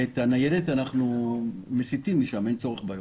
את הניידת אנחנו מסיטים משם, אין צורך בה יותר.